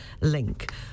link